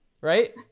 right